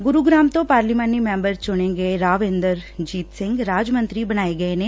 ਗੁਰੁ ਗਰਾਮ ਤੋਂ ਪਾਰਲੀਮਾਨੀ ਮੈਂਬਰ ਚੁਣੇ ਗਏ ਰਾਵ ਇੰਦਰਜੀਤ ਸਿੰਘ ਰਾਜ ਮੰਤਰੀ ਬਣਾਏ ਗਏ ਨੇ